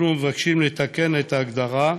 אנחנו מבקשים לתקן את ההגדרה,